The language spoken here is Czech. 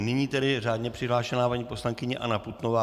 Nyní tedy řádně přihlášená poslankyně Anna Putnová.